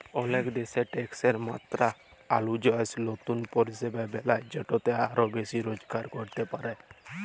অলেক দ্যাশ ট্যাকসের মাত্রা অলুজায়ি লতুল পরিষেবা বেলায় যেটতে আরও বেশি রজগার ক্যরতে পারে